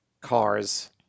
cars